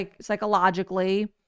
psychologically